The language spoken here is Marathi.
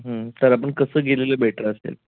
तर आपण कसं गेलेलं बेटर असेल